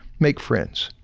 make friends.